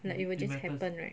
like it will just happen right